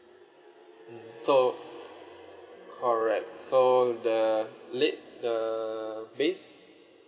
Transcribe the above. so correct so the late the base